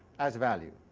as value.